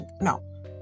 no